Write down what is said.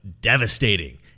devastating